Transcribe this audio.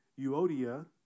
Euodia